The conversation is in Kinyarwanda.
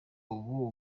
ubu